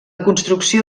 construcció